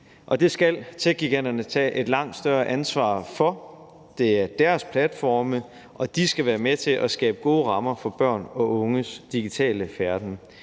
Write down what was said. det skal techgiganterne tage et langt større ansvar for. Det er deres platforme, og de skal være med til at skabe gode rammer for børn og unges digitale færden,